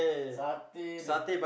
satay the